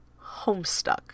Homestuck